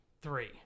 three